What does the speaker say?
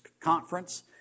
Conference